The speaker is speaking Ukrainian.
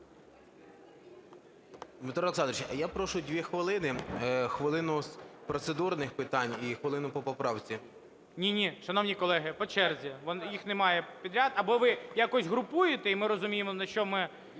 Дмитро Олександрович, я прошу дві хвилини: хвилину з процедурних питань і хвилину по поправці. ГОЛОВУЮЧИЙ. Ні-ні, шановні колеги! По черзі. Їх немає підряд. Або ви якось групуєте, і ми розуміємо, на що ми